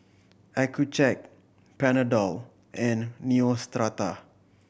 Accucheck Panadol and Neostrata